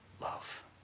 love